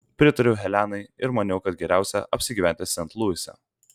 pritariau helenai ir maniau kad geriausia apsigyventi sent luise